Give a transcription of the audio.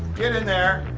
get in there.